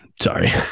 Sorry